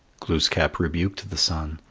glooskap rebuked the sun,